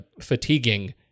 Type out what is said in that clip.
fatiguing